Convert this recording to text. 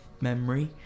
memory